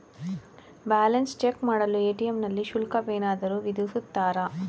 Balance check ಮಾಡಲು ATM ನಲ್ಲಿ ಶುಲ್ಕವೇನಾದರೂ ವಿಧಿಸುತ್ತಾರಾ?